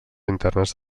internes